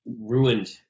ruined